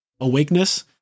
awakeness